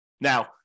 Now